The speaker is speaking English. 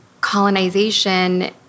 colonization